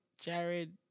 Jared